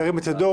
ירים את ידו.